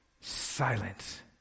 silence